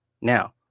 Now